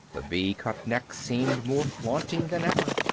the v-cut neck seemed more flaunting than ever.